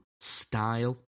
style